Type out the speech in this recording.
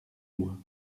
moi